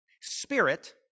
Spirit